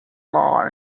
law